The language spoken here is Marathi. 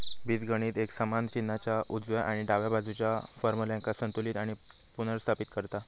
बीजगणित एक समान चिन्हाच्या उजव्या आणि डाव्या बाजुच्या फार्म्युल्यांका संतुलित आणि पुनर्स्थापित करता